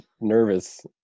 nervous